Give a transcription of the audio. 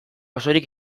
osorik